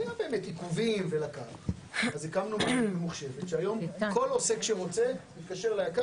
-- -אז הקמנו מערכת ממוחשבת שהיום כל עוסק שרוצה מתקשר לאתר,